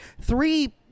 Three